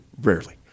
rarely